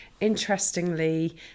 interestingly